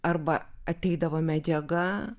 arba ateidavo medžiaga